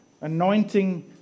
anointing